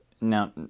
Now